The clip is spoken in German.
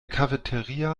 cafeteria